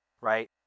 right